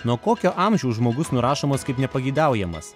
nuo kokio amžiaus žmogus nurašomas kaip nepageidaujamas